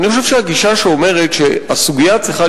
אבל אני חושב שהגישה שאומרת שהסוגיה צריכה